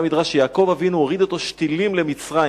עונה המדרש שיעקב אבינו הוריד אתו שתילים למצרים.